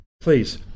please